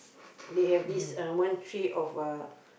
they have this uh one tree of uh